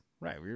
Right